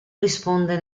risponde